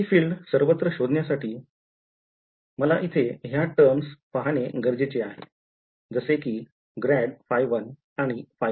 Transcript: ही field सर्वत्र शोधण्यासाठी मला इथे ह्या terms पाहणे गरजेचे आहे जसे की ∇ϕ1 आणि ϕ1